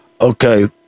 Okay